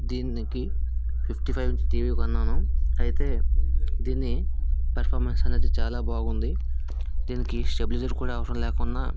దీనికి fifty five inch TV కొన్నాను అయితే దీన్ని పర్ఫామెన్స్ అనేది చాలా బాగుంది దీనికి స్టెబిలైజర్ కూడా అవసరం లేకుండా